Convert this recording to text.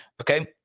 okay